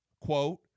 Quote